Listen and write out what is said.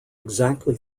exactly